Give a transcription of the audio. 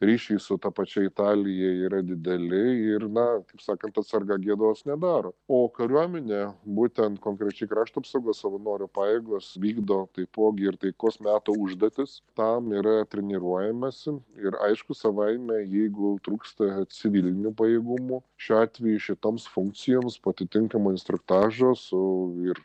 ryšiai su ta pačia italija yra dideli ir na kaip sakant atsarga gėdos nedaro o kariuomenė būtent konkrečiai krašto apsaugos savanorių pajėgos vykdo taipogi ir taikos meto užduotis tam nėra treniruojamasi ir aišku savaime jeigu trūksta civilinių pajėgumų šiuo atveju šitoms funkcijoms po atitinkamo instruktažo su ir